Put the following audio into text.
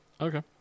Okay